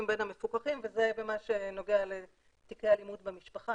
בין המפוקחים והיא במה שנוגע לתיקי אלימות במשפחה,